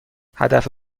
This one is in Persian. هدف